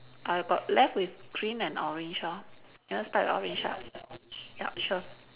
I got left with green and orange lor you want start with orange ah ya sure